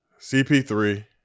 CP3